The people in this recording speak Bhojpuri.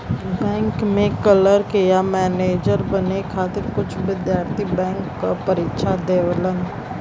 बैंक में क्लर्क या मैनेजर बने खातिर कुछ विद्यार्थी बैंक क परीक्षा देवलन